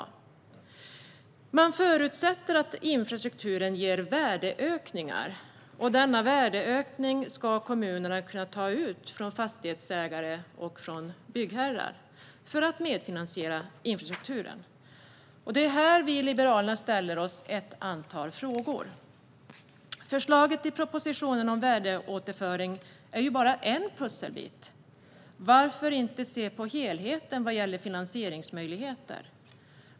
Men man förutsätter att infrastruktur ger värdeökningar, och denna värdeökning ska kommunen kunna ta ut från fastighetsägare och byggherrar för att medfinansiera infrastrukturen. Vi i Liberalerna ställer oss en rad frågor när det gäller detta. Förslaget i propositionen om värdeåterföring är bara en pusselbit. Varför ser man inte på helheten vad gäller finansieringsmöjligheter?